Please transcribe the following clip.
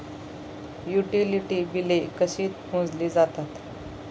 Utility बिले कशी मोजली जातात?